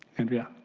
andrea?